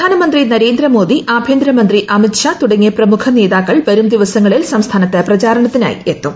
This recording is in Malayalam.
പ്രധാനമന്ത്രി നരേന്ദ്ര മോദി ആഭ്യന്തര മന്ത്രി അമിത്ഷാ തുടങ്ങിയ നേതാക്കൾ വരും ദിവസങ്ങളിൽ സംസ്ഥാനത്ത് പ്രമുഖ പ്രചരണത്തിനായി എത്തും